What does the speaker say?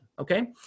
okay